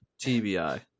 tbi